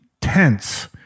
tense